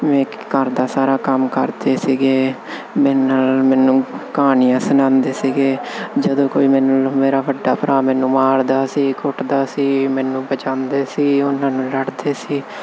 ਵੇਖ ਕੇ ਘਰ ਦਾ ਸਾਰਾ ਕੰਮ ਕਰਦੇ ਸੀਗੇ ਮੈਨੂੰ ਕਹਾਣੀਆਂ ਸੁਣਾਉਂਦੇ ਸੀਗੇ ਜਦੋਂ ਕੋਈ ਮੈਨੂੰ ਮੇਰਾ ਵੱਡਾ ਭਰਾ ਮੈਨੂੰ ਮਾਰਦਾ ਸੀ